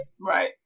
Right